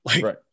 Right